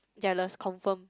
jealous confirm